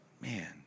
Man